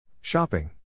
Shopping